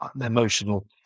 emotional